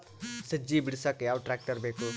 ಸಜ್ಜಿ ಬಿಡಸಕ ಯಾವ್ ಟ್ರ್ಯಾಕ್ಟರ್ ಬೇಕು?